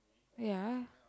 ya